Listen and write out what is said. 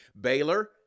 Baylor